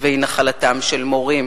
והיא נחלתם של מורים,